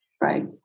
Right